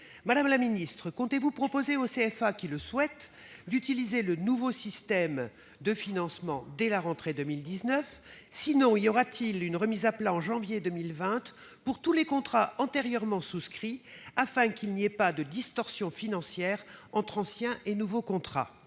Madame la ministre, comptez-vous proposer aux CFA qui le souhaitent d'utiliser le nouveau système de financement dès la rentrée de 2019 ? Sinon, y aura-t-il une remise à plat en janvier 2020 pour tous les contrats antérieurement souscrits, afin qu'il n'y ait pas de distorsion financière entre anciens et nouveaux contrats ?